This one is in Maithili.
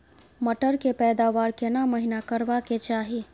मटर के पैदावार केना महिना करबा के चाही?